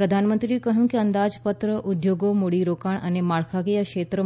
પ્રધાનમંત્રીએ કહ્યું કે આ અંદાજપત્ર ઉદ્યોગો મૂડીરોકાણ અને માળખાકીય ક્ષેત્રમાં